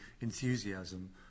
enthusiasm